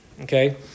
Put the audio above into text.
okay